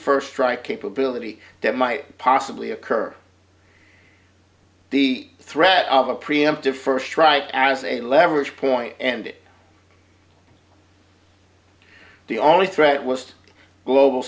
first strike capability that might possibly occur the threat of a preemptive first strike as a leverage point and it the only threat was global